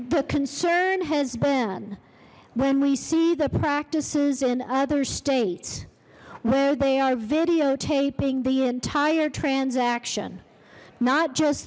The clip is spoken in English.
the concern has been when we see the practices in other states where they are videotaping the entire transaction not just